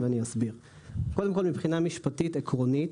קודם כול מבחינה משפטית, עקרונית,